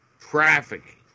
Trafficking